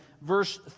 verse